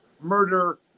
murder